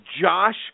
Josh